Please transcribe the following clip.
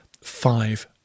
five